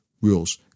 Rules